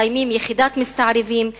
מקימים יחידת מסתערבים,